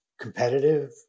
competitive